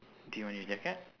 do you want your jacket